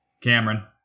Cameron